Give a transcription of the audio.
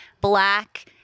black